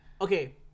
Okay